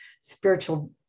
spiritual